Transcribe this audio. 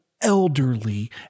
elderly